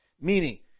Meaning